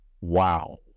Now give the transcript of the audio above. Wow